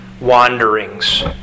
wanderings